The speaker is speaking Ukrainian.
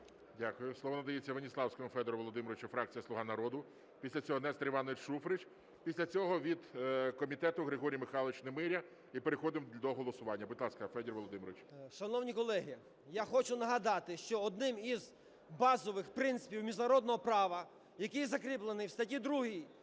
Дякую. Слово надається Веніславському Федору Володимировичу, фракція "Слуга народу". Після цього Нестор Іванович Шуфрич. Після цього від комітету Григорій Михайлович Немиря і переходимо до голосування. Будь ласка, Федір Володимирович. 10:54:54 ВЕНІСЛАВСЬКИЙ Ф.В. Шановні колеги, я хочу нагадати, що одним із базових принципів міжнародного права, який закріплений в статті 2